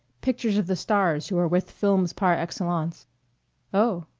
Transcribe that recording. pictures of the stars who are with films par excellence oh.